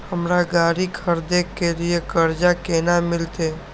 हमरा गाड़ी खरदे के लिए कर्जा केना मिलते?